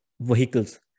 vehicles